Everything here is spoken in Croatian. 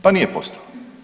Pa nije postala.